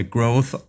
Growth